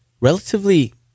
relatively